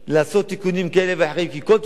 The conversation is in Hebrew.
כי כל תיקון שתרצה לעשות זה חוק-יסוד,